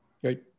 Great